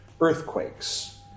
earthquakes